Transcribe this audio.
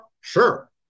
Sure